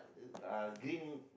uh uh green